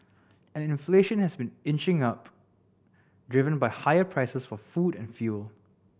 and inflation has been inching up driven by higher prices for food and fuel